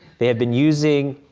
they have been using,